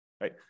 right